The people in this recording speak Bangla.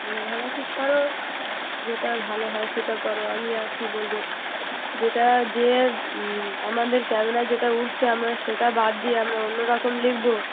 লেখালেখি করো যেটা ভালো হয় সেটা করো আমি আর কি বলবো যেটা যে আমাদের ক্যামেরায় যেটা উঠছে আমরা সেটা বাদ দিয়ে আমরা অন্য রকম লিখবো